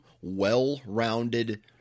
well-rounded